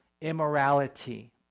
immorality